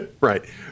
Right